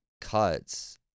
cuts